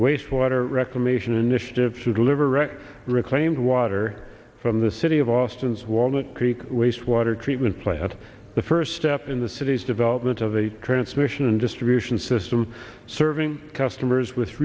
waste water reclamation initiative to deliver right reclaimed water from the city of austin's walnut creek wastewater treatment plant the first step in the city's development of a transmission and distribution system serving customers with